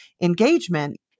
engagement